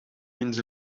means